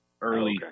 early